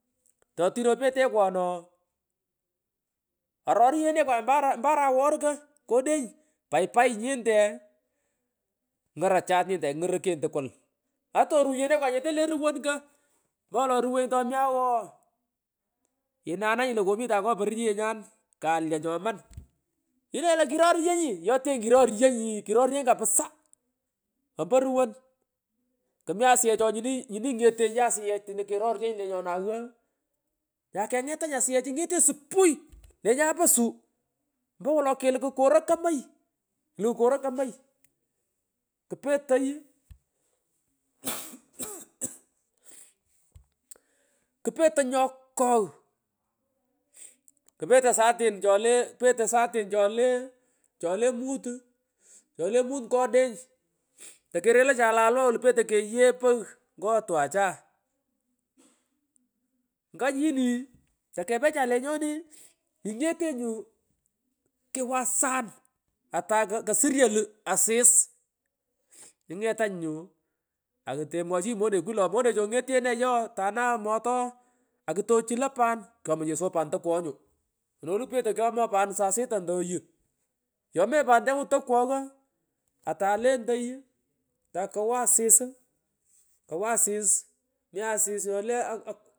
Totino petekwa no ooh aronyenekwa mbara mbara ghee ko kadeng paypay nyinte ngarachat nyinte ngorokenyi tukul ato orufenekwa nyete le ruwon ko ompowolo ruwenyi nyete le ogho ooh inananyi lo kamitan ngo pororyenyan kalya nyoman ilenyi io kiroriyenyi yotenyi kiroriyenyi kirorwenyi kafsa kumugh omio ruwori kimi asijech ooh nyini nyini ngetoa nyi yee asiyech nyini kororyoni lenyana ogho nyakengetanyi asiyechi ngetenyi seui lenyae po suuh ombo wolo kiluku koro komey, kiluku karo, komoy kpetoy. krai ughu ughu kpetoy nyokhogh kpetoy satiri chole chole mut chole mut ngo odeny tokerelocha lalwa weno petoy. Kagheghey pogh ngo twachaa uhu nganyini takepeche lenyoni ingetenyi uu kiwasan atay nyu kosulyo asis ugh ingetanyi nyu akutomwochinyi moneku ooh noneche ongetikeene ye ooh tanagha mot ooh akutochulo pani, kwomoy so pan tokwoghjo nyu ono wolu petoy kyomoi saa sita ndo oyu uu yomianyi pantangu tokwogh atay lentoy takowo asis ii kowo asis mi asis yole wi.